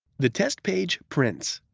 the test page prints.